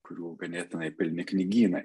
kurių ganėtinai pilni knygynai